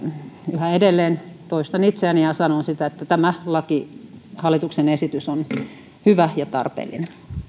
yhä edelleen toistan itseäni ja sanon että tämä hallituksen esitys on hyvä ja tarpeellinen